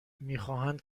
میخواهند